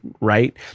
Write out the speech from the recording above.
right